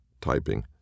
typing